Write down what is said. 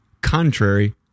contrary